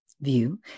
view